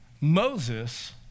Moses